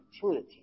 opportunity